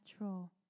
natural